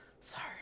Sorry